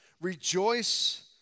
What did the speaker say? Rejoice